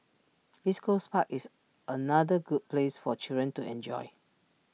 East Coast park is another good place for children to enjoy